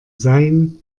sein